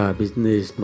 business